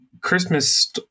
Christmas